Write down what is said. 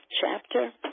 chapter